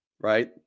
right